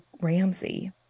Ramsey